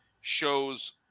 shows